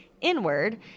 inward